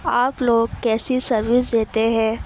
آپ لوگ کیسی سروس دیتے ہیں